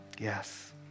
Yes